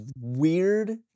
weird